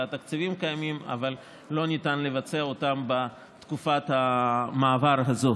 והתקציבים קיימים אבל לא ניתן לבצע אותם בתקופת המעבר הזאת.